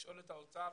לשאול את האוצר